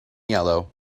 yellow